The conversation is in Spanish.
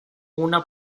una